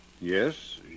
Yes